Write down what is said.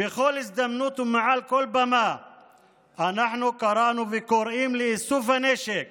בכל הזדמנות ומעל כל במה אנחנו קראנו וקוראים לאיסוף הנשק